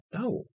no